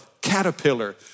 caterpillar